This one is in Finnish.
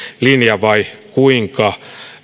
linja vai kuinka